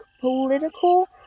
political